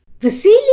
Vasily